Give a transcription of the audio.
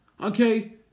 okay